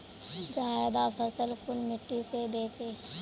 ज्यादा फसल कुन मिट्टी से बेचे?